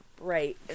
Right